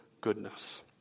goodness